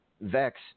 Vex